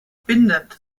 bindend